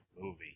movie